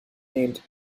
named